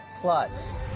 plus